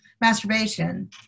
masturbation